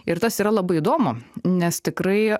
ir tas yra labai įdomu nes tikrai